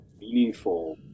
meaningful